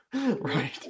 Right